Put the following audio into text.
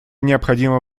необходимо